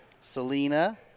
Selena